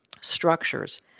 structures